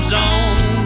zone